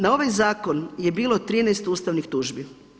Na ovaj zakon je bilo 13 ustavnih tužbi.